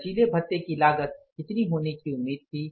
लचीले भत्ते की लागत कितनी होने की उम्मीद थी